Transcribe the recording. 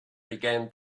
began